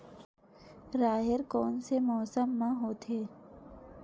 राहेर कोन से मौसम म होथे?